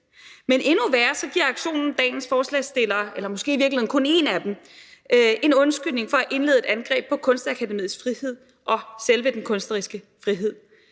hvad endnu værre er, giver aktionen dagens forslagsstillere, eller måske i virkeligheden kun én af dem, en undskyldning for at indlede et angreb på Kunstakademiets frihed og på selve den kunstneriske frihed.